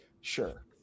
sure